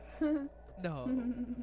No